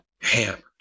hammered